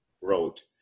wrote